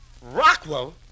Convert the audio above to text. Rockwell